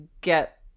get